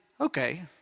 okay